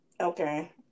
okay